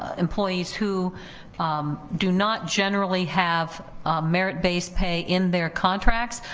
employees who do not generally have merit based pay in their contracts,